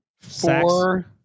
Four